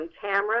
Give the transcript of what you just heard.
camera